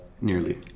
Nearly